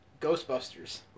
Ghostbusters